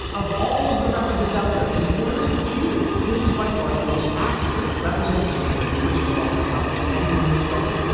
of all of the replicas out there and there is a few this is by far the most accurate representation of the original maltese falcon than anyone has sculpted.